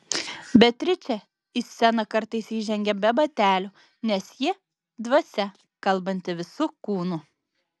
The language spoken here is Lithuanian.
beatričė į sceną kartais įžengia be batelių nes ji dvasia kalbanti visu kūnu